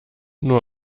nur